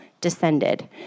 descended